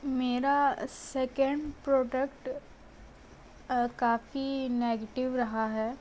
मेरा second product काफ़ी negative रहा है